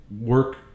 Work